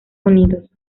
unidos